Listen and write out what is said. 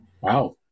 Wow